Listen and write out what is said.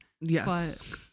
yes